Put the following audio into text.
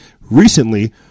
recently